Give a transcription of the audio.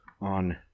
on